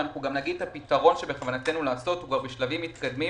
ונגיד גם את הפתרון שבכוונתנו לעשות הוא בשלבים מתקדמים.